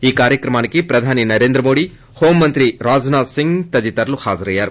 ఈ కార్యక్రమానికి ప్రధాని మోదీ హోం మంత్రి రాజ్నాథ్ సింగ్ తదితరులు హాజరయ్యారు